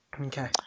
Okay